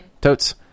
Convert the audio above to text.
totes